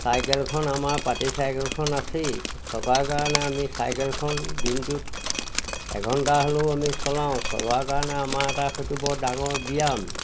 চাইকেলখন আমাৰ পাতি চাইকেলখন আছেই থকা কাৰণে আমি চাইকেলখন দিনটোত এঘণ্টা হ'লেও আমি চলাওঁ চলোৱাৰ কাৰণে আমাৰ এটা সেইটো বৰ ডাঙৰ ব্যায়াম